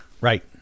Right